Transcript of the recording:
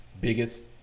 biggest